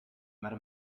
madam